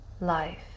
life